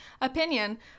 opinion